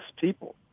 people